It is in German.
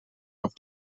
auf